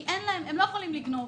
כי הם לא יכולים לגנוב.